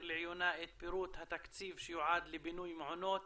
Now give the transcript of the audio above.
לעיונה את פירוט התקציב שיועד לבינוי מעונות